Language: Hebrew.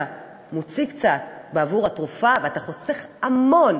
אתה מוציא קצת בעבור התרופה ואתה חוסך המון